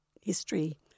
history